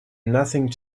nothing